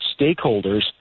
stakeholders